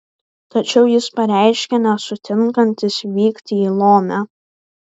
tačiau jis pareiškė nesutinkantis vykti į lomę